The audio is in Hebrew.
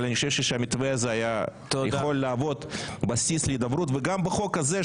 אבל אני חושב שהמתווה הזה היה יכול להוות בסיס להידברות וגם בחוק הזה,